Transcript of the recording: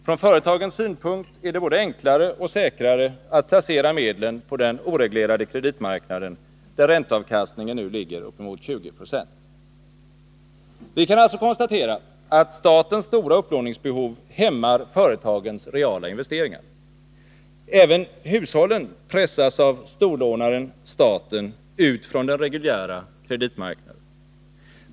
Från företagens synpunkt är det både enklare och säkrare att placera medlen på den oreglerade kreditmarknaden, där ränteavkastningen nu ligger uppemot 20 960. Vi kan alltså konstatera, att statens stora upplåningsbehov hämmar företagens reala investeringar. Även hushållen pressas av storlånaren staten ut från den reguljära kreditmarknaden.